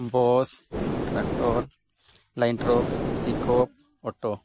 bus tractor line truck pickup auto